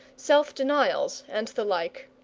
self-denials, and the like.